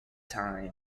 time